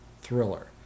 thriller